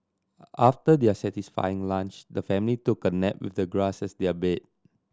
after their satisfying lunch the family took a nap with the grass as their bed